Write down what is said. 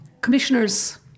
Commissioner's